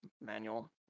manual